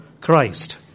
Christ